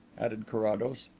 added carrados.